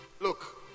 look